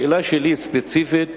השאלה שלי, ספציפית: